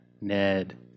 Ned